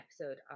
episode